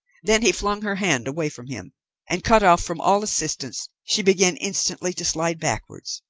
then he flung her hand away from him and cut off from all assistance she began instantly to slide backwards,